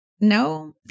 No